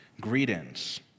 greetings